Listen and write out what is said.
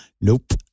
Nope